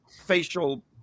facial